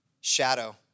shadow